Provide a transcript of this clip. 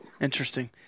Interesting